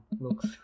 looks